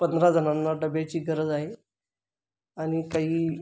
पंधरा जणांना डब्याची गरज आहे आणि काही